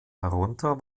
darunter